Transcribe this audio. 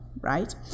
right